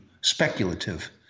speculative